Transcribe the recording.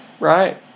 Right